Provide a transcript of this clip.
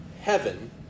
heaven